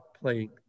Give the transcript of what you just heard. playing